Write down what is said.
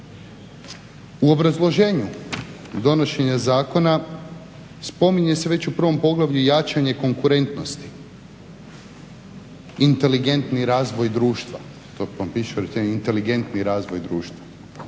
U obrazloženju donošenja zakona spominje se već u prvom poglavlju jačanje konkurentnosti, inteligentni razvoj društva. To piše inteligentni razvoj društva,